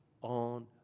on